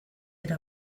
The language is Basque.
era